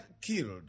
killed